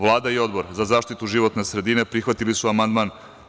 Vlada i Odbor za zaštitu životne sredine prihvatili su amandman.